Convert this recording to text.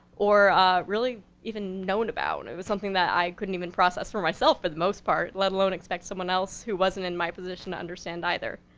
or really even known about. it was something that i couldn't even process for myself, for the most part, let alone expect someone else who wasn't in my position to understand either.